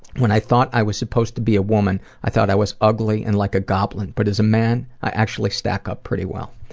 when i thought i was supposed to be a woman, i thought i was ugly ugly and like a goblin. but as a man i actually stack up pretty well.